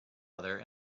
other